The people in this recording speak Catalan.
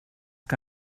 que